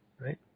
right